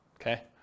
Okay